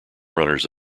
runners